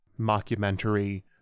mockumentary